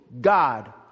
God